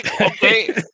okay